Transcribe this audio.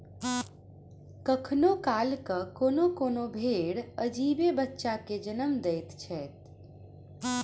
कखनो काल क कोनो कोनो भेंड़ अजीबे बच्चा के जन्म दैत छै